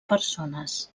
persones